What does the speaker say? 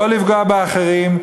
לא לפגוע באחרים,